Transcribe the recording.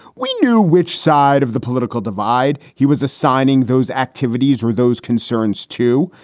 we knew which side of the political divide he was assigning. those activities were those concerns, too.